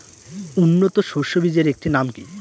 উন্নত সরষে বীজের একটি নাম কি?